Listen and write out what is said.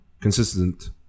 consistent